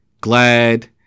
glad